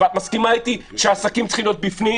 ואת מסכימה איתי שהעסקים צריכים להיות בפנים,